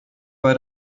bei